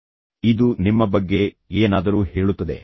ಆದ್ದರಿಂದ ಇದು ನಿಮ್ಮ ಬಗ್ಗೆ ಏನಾದರೂ ಹೇಳುತ್ತದೆ